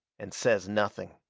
and says nothing.